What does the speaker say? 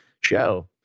show